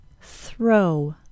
Throw